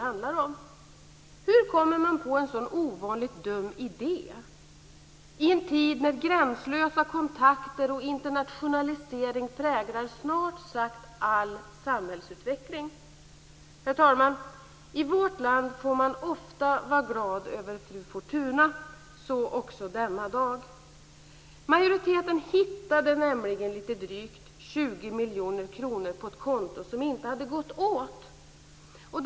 Hur kommer man på en så ovanligt dum idé i en tid när gränslösa kontakter och internationalisering präglar snart sagt all samhällsutveckling? Herr talman! I vårt land får man ofta vara glad över Fru Fortuna, så också denna dag. Utskottsmajoriteten "hittade" nämligen litet drygt 20 miljoner kronor som inte hade gått åt på ett konto.